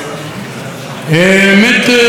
מת מתוך תקווה של,